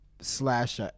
Slash